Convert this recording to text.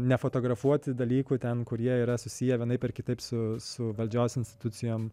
nefotografuoti dalykų ten kurie yra susiję vienaip ar kitaip su su valdžios institucijom